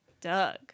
Doug